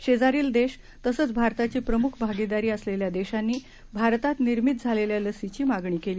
शेजारील देश तसंच भारताची प्रमुख भागीदारी असलेल्या देशांनी भारतात निर्मिती झालेल्या लसींची मागणी केली